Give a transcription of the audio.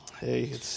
Hey